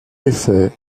effet